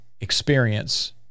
experience